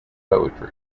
poetry